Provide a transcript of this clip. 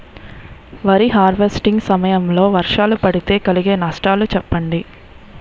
వరి హార్వెస్టింగ్ సమయం లో వర్షాలు పడితే కలిగే నష్టాలు చెప్పండి?